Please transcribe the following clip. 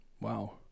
Wow